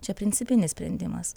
čia principinis sprendimas